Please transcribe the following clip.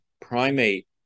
primate